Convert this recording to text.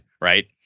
right